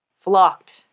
Flocked